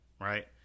Right